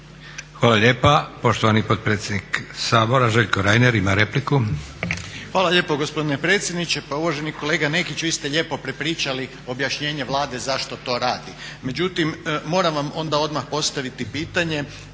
po redu. Poštovani potpredsjednik Sabora, Željko Reiner prva replika.